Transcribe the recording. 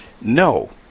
No